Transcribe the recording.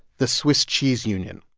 the swiss cheese union.